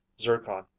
zircon